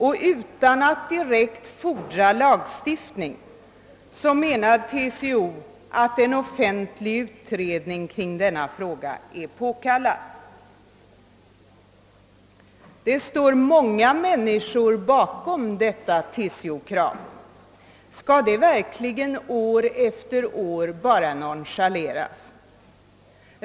Och utan att direkt fordra lagstiftning, så menar TCO att en offentlig utredning om denna fråga är påkallad. Det står många människor bakom detta TCO-krav. Skall det verkligen år efter år bara nonchaleras?